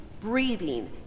breathing